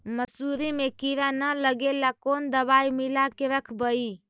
मसुरी मे किड़ा न लगे ल कोन दवाई मिला के रखबई?